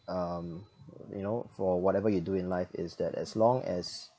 um you know for whatever you do in life is that as long as